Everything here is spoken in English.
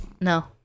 No